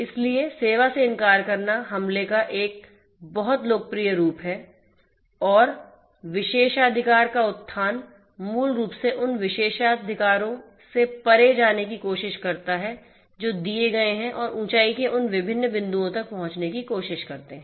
इसलिए सेवा से इनकार करना हमले का एक बहुत लोकप्रिय रूप है और विशेषाधिकार का उत्थान मूल रूप से उन विशेषाधिकारों से परे जाने की कोशिश करता है जो दिए गए हैं और ऊंचाई के उन विभिन्न बिंदुओं तक पहुंचने की कोशिश करते हैं